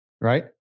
Right